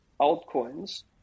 altcoins